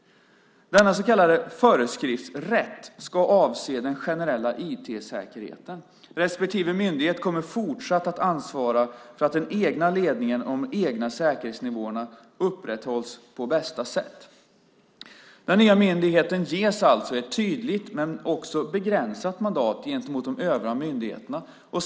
Denna så kallade föreskriftsrätt ska avse den generella IT-säkerheten. Respektive myndighet kommer fortsatt att ansvara för att den egna ledningen och de egna säkerhetsnivåerna upprätthålls på bästa sätt. Den nya myndigheten ges alltså ett tydligt men också begränsat mandat gentemot de övriga myndigheterna.